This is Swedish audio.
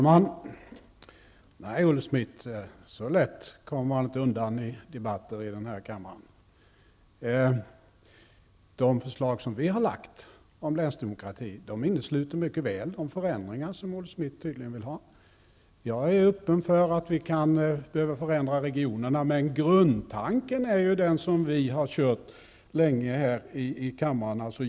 Herr talman! Nej, så lätt kommer man inte undan i debatter i denna kammare. De förslag som vi har lagt fram om länsdemokrati innesluter mycket väl de förändringar som Olle Schmidt tydligen vill ha. Jag är öppen för att vi kan behöva förändra regionerna, men grundtanken är den som vi har drivit länge här i kammaren.